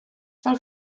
fel